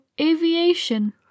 aviation